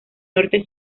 norte